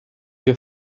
your